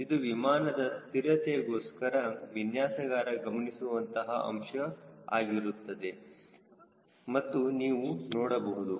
ಇದು ವಿಮಾನದ ಸ್ಥಿರತೆಗೋಸ್ಕರ ವಿನ್ಯಾಸಗಾರ ಗಮನಿಸುವಂತಹ ಅಂಶ ಅಂಶವಾಗಿರುತ್ತದೆ ಅಂಶ ಆಗಿರುತ್ತದೆ ಮತ್ತು ನೀವು ನೋಡಬಹುದು